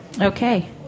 Okay